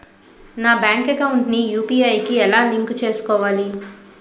నా bank account ని UPI కి ఎలా లింక్ చేసుకోవాలి?